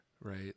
right